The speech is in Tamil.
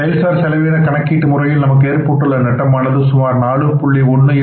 செயல் சார் செலவின கணக்கீட்டு முறையில் நமக்கு ஏற்பட்டுள்ள நட்டமானது சுமார் 4